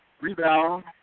Rebound